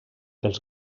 els